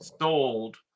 sold